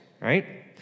right